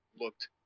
looked